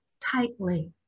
tightly